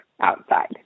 outside